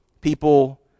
people